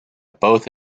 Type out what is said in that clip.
both